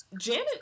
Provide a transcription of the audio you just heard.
Janet